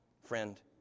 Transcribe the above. friend